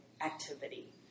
activity